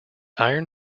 iron